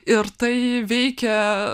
ir tai veikia